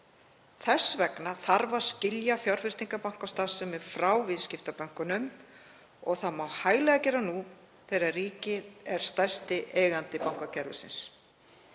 Þess vegna þarf að skilja fjárfestingarbankastarfsemi frá viðskiptabönkunum og það má hæglega gera nú þegar ríkið er stærsti eigandi bankakerfisins.